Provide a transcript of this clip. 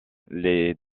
les